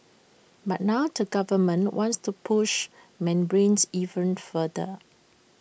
but now to government wants to push membranes even further